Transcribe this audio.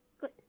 Good